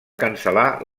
cancel·lar